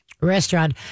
restaurant